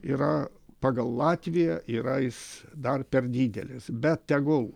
yra pagal latviją yra jis dar per didelis bet tegul